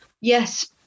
yes